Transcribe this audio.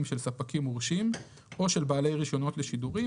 של ספקים מורשים או של בעלי רישיונות לשידורים,